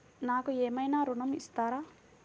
నాకు ఏమైనా ఋణం ఇస్తారా?